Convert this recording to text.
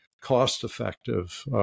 cost-effective